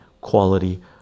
quality